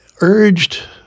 urged